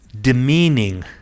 demeaning